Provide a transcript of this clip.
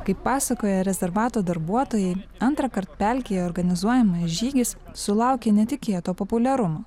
kaip pasakojo rezervato darbuotojai antrąkart pelkėje organizuojamas žygis sulaukė netikėto populiarumo